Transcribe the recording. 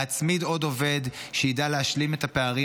להצמיד עוד עובד שידע להשלים את הפערים